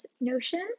Notion